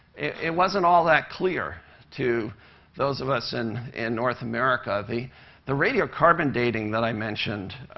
it wasn't all that clear to those of us and in north america. the the radiocarbon dating that i mentioned,